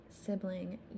Sibling